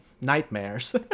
nightmares